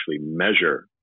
measure